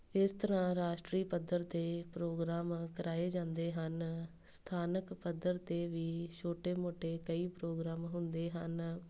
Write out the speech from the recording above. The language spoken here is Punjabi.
ਇਸ ਤਰ੍ਹਾਂ ਰਾਸ਼ਟਰੀ ਪੱਧਰ 'ਤੇ ਪ੍ਰੋਗਰਾਮ ਕਰਵਾਏ ਜਾਂਦੇ ਹਨ ਸਥਾਨਕ ਪੱਧਰ 'ਤੇ ਵੀ ਛੋਟੇ ਮੋਟੇ ਕਈ ਪ੍ਰੋਗਰਾਮ ਹੁੰਦੇ ਹਨ